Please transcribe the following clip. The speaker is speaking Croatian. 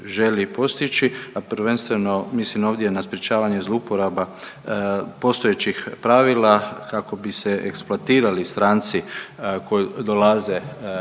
želi postići, a prvenstveno mislim ovdje na sprječavanje zlouporaba postojećih pravila kako bi se eksploatirali stranci koji dolaze